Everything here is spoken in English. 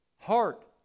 heart